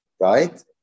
right